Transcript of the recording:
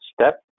step